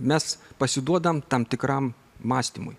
mes pasiduodam tam tikram mąstymui